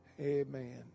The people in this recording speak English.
Amen